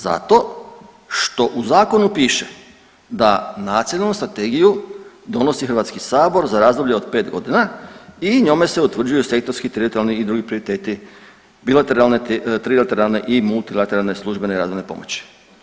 Zato što u zakonu piše da nacionalnu strategiju donosi Hrvatski sabor za razdoblje od 5 godina i njome se utvrđuju sektorski, teritorijalni i drugi prioriteti bilateralne, trilateralne i multilateralne službene razvojne pomoći.